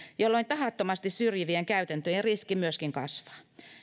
jolloin tahattomasti syrjivien käytäntöjen riski myöskin kasvaa